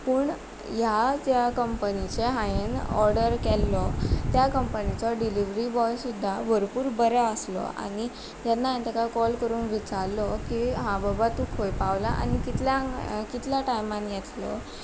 पूण ह्या ज्या कंपनीचेंं हांयेंन ऑर्डर केल्लो त्या कंपनीचो डिलीवरी बॉय सुद्दां भोरपूर बरो आसलो आनी जेन्ना हांयेंन तेका कॉल करून विचारलो की हांव बाबा तूं खंय पावला आनी कितल्यांक कितल्या टायमान येतलो